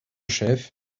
chef